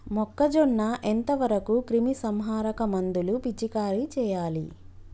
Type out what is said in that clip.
మొక్కజొన్న ఎంత వరకు క్రిమిసంహారక మందులు పిచికారీ చేయాలి?